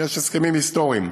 יש הסכמים היסטוריים.